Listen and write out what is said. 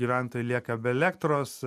gyventojai lieka be elektros